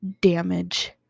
Damage